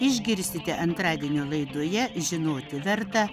išgirsite antradienio laidoje žinoti verta